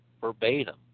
verbatim